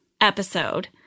episode